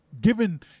given